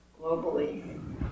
globally